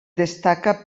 destaca